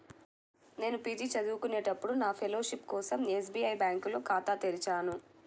నేను పీజీ చదువుకునేటప్పుడు నా ఫెలోషిప్ కోసం ఎస్బీఐ బ్యేంకులో ఖాతా తెరిచాను